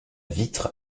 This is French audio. vitre